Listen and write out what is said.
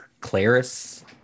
Claris